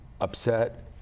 upset